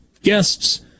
guests